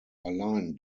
allein